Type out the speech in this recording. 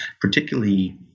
particularly